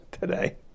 today